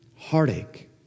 heartache